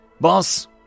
Boss